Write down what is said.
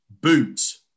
Boots